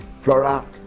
Flora